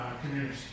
community